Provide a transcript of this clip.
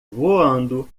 voando